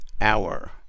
hour